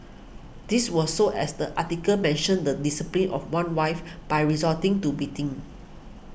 this was so as the article mentioned the disciplining of one's wife by resorting to beating